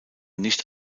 nicht